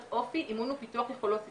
אופי אימון ופיתוח יכולות התמודדות.